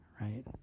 right